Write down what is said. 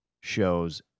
shows